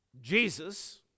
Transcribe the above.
Jesus